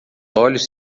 olhos